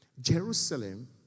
Jerusalem